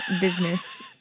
business